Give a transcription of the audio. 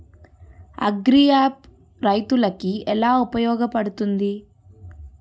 Agri app రైతులకి ఏలా ఉపయోగ పడుతుంది?